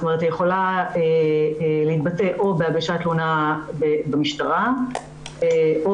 היא יכולה להתבטא או בהגשת תלונה במשטרה --- את